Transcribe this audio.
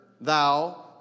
thou